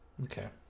Okay